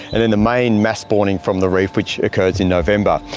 and then the main mass spawning from the reef which occurs in november.